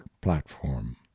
platform